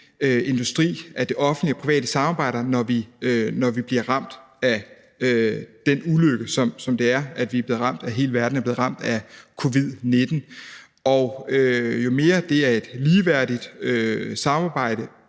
industri – at det offentlige og private samarbejder, når vi bliver ramt af den ulykke, som det er, at hele verden er blevet ramt af covid-19. Jo større tillid, og jo mere det er et ligeværdigt samarbejde,